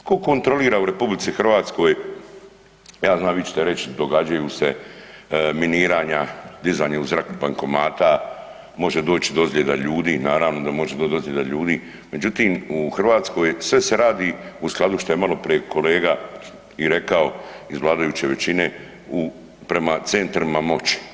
Tko kontrolira u RH, ja znam vi ćete reći događaju se miniranja, dizanje u zrak bankomata, može doći do ozljeda ljudi, naravno da može doći do ozljeda ljudi međutim u Hrvatskoj sve se radi u skladu što je maloprije kolega i rekao iz vladajuće većine u prema centrima moći.